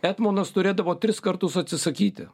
etmonas turėdavo tris kartus atsisakyti